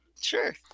sure